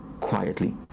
quietly